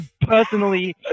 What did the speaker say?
personally